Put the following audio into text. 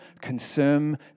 consume